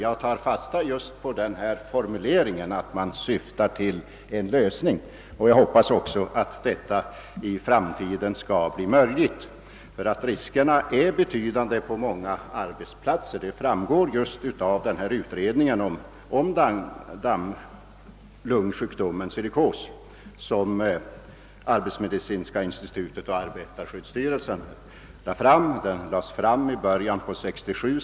Jag tar fasta på formuleringen att man syftar till en lösning och hoppas att man skall lyckas med det i framtiden. Att riskerna för silikos är betydande vid många arbetsplatser framgår av den utredning om denna lungsjukdom som arbetsmedicinska institutet och arbetarskyddsstyrelsen presenterade i början på 1967.